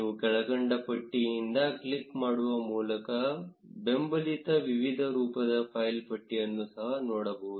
ನೀವು ಕೆಳಕಂಡ ಪಟ್ಟಿಯಿಂದ ಕ್ಲಿಕ್ ಮಾಡುವ ಮೂಲಕ ಬೆಂಬಲಿತ ವಿವಿಧ ರೂಪದ ಫೈಲ್ ಪಟ್ಟಿಯನ್ನು ಸಹ ನೋಡಬಹುದು